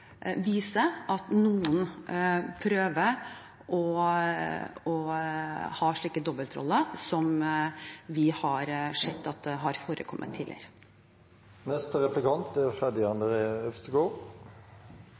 viser at noen prøver å ha slike dobbeltroller, som vi har sett at har forekommet tidligere.